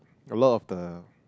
a lot of the